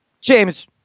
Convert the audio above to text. James